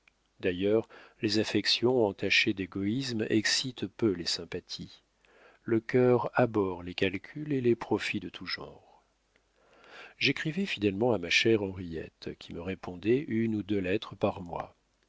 d'ailleurs les affections entachées d'égoïsme excitent peu les sympathies le cœur abhorre les calculs et les profits de tout genre j'écrivais fidèlement à ma chère henriette qui me répondait une ou deux lettres par mois